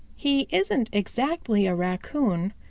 he isn't exactly a raccoon,